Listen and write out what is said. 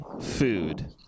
food